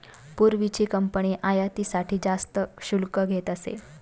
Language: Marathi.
पूर्वीची कंपनी आयातीसाठी जास्त शुल्क घेत असे